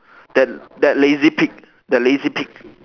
that that lazy pig that lazy pig